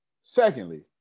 Secondly